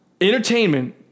entertainment